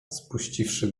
spuściwszy